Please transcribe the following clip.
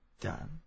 Done